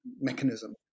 mechanism